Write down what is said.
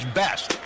best